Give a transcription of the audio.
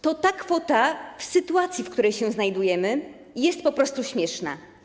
Ta kwota w sytuacji, w której się znajdujemy, jest po prostu śmieszna.